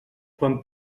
quan